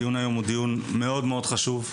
הדיון היום הוא דיון חשוב מאוד,